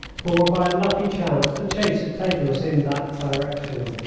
for, by a lucky chance, the chase had taken us in that direction.